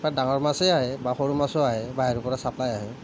তাত ডাঙৰ মাছে আহে বা সৰু মাছো আহে বাহিৰৰ পৰা ছাপ্লাই আহে